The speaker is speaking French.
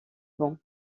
bon